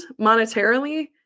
monetarily